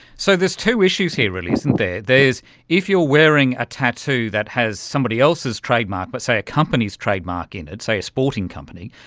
so there's two issues here really, isn't there, there is if you are wearing a tattoo that has somebody else's trademark but say a company's trademark in it, say a sporting company,